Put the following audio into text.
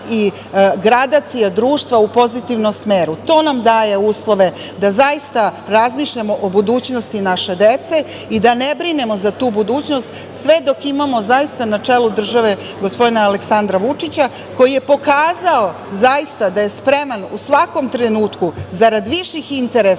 i gradacija društva u pozitivnom smeru. To nam daje uslove da zaista razmišljamo o budućnosti naše dece i da ne brinemo za tu budućnost sve dok imamo zaista na čelu države gospodina Aleksandra Vučića, koji je pokazao zaista da je spreman u svakom trenutku zarad viših interesa